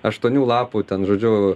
aštuonių lapų ten žodžiu